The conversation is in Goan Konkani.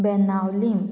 बेनावलीम